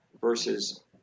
versus